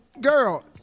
Girl